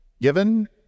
given